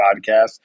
Podcast